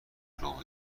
دروغ